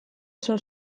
zor